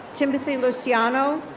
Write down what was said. timothy luciano,